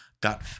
got